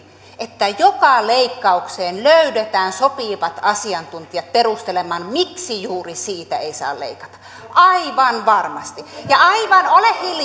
että joka leikkaukseen löydetään sopivat asiantuntijat perustelemaan miksi juuri siitä ei saa leikata aivan varmasti ja aivan ole hilj